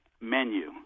menu